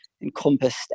encompassed